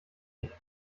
ich